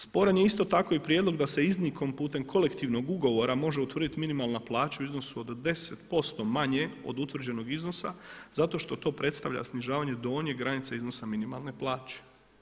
Sporan je isto tako i prijedlog da se iznimkom putem kolektivnog ugovora može utvrditi minimalna plaća u iznosu od 10% manje od utvrđenog iznosa zato što to predstavlja snižavanje donje granice iznosa minimalne plaće.